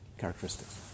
characteristics